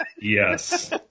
Yes